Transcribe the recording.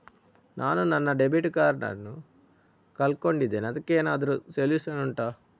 ನಾನು ನನ್ನ debit card ನ್ನು ಕಳ್ಕೊಂಡಿದ್ದೇನೆ ಅದಕ್ಕೇನಾದ್ರೂ ಸೊಲ್ಯೂಷನ್ ಉಂಟಾ